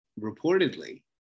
reportedly